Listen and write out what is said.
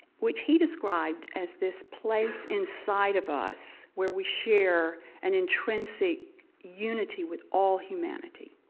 which he described as this place inside of us where we share an intrensic unity with all humanity,